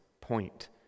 point